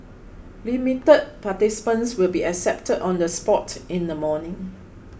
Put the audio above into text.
limited participants will be accepted on the spot in the morning